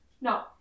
No